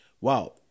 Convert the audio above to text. Wow